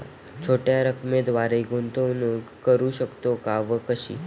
छोट्या रकमेद्वारे गुंतवणूक करू शकतो का व कशी?